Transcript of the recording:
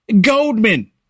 Goldman